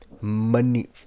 money